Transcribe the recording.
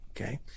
Okay